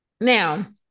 Now